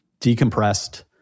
decompressed